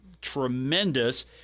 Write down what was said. tremendous